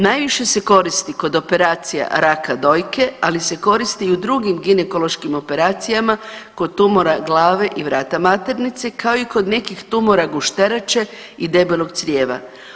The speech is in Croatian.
Najviše se koristi kod operacija raka dojke, ali se koristi i u drugim ginekološkim operacijama kod tumora glave i vrata maternice, kao i kod nekih tumora gušterače i debelog crijeva.